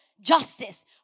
justice